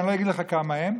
ואני לא אגיד לך כמה הם,